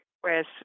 whereas